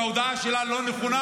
ההודעה שלה לא נכונה,